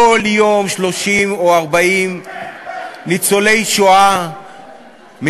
כל יום 30 או 40 ניצולי שואה מתים,